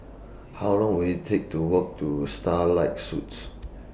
How Long Will IT Take to Walk to Starlight Suites